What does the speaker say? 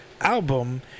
album